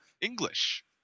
english